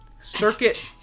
Circuit